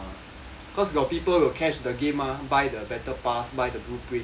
cause got people will cash the game mah buy the battle pass buy the blueprint